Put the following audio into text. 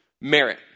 merit